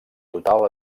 total